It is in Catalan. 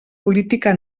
política